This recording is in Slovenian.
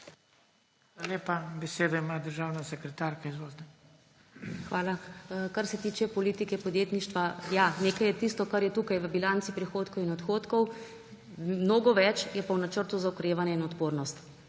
Hvala. Kar se tiče politike podjetništva. Nekaj je tisto, kar je tukaj v bilanci prihodkov in odhodkov, mnogo več je pa v Načrtu za okrevanje in odpornost.